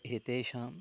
एतेषां